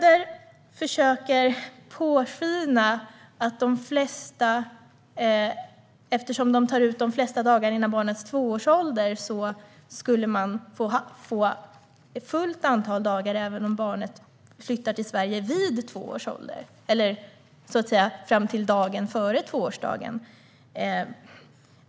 Eftersom de flesta tar ut de flesta av föräldradagarna före barnets tvåårsdag tycker Larry Söder att man ska få fullt antal dagar om barnet flyttar till Sverige fram till och med dagen före tvåårsdagen.